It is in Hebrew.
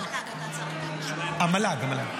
זה לא המל"ג, אתה